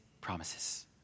promises